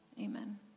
Amen